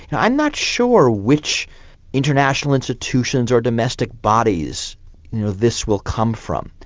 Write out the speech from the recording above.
and i'm not sure which international institutions or domestic bodies you know this will come from,